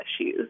issues